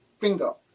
Bingo